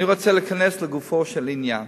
אני רוצה להיכנס לגופו של עניין.